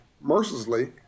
mercilessly